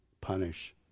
punish